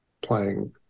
Playing